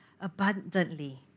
abundantly